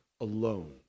alone